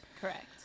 Correct